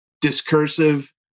discursive